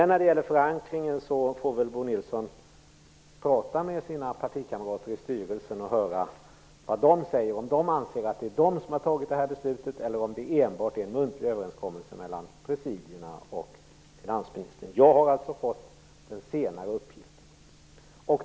När det gäller förankringen får väl Bo Nilsson prata med sina partikamrater i styrelsen och höra vad de säger, om de anser att det är de som har fattat det här beslutet eller om det enbart är en muntlig överenskommelse mellan presidierna och finansministern. Jag har alltså fått den senare uppgiften.